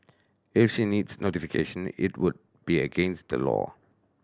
if she needs notification it would be against the law